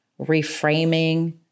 reframing